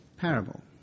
parable